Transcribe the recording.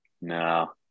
no